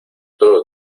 todo